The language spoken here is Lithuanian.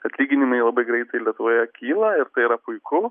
atlyginimai labai greitai lietuvoje kyla ir tai yra puiku